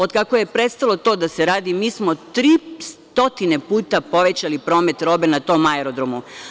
Od kako je prestalo to da se radi, mi smo 300 puta povećali promet robe na tom aerodromu.